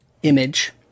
Image